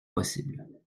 possibles